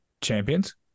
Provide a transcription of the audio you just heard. champions